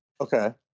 Okay